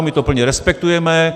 My to plně respektujeme.